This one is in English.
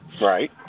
Right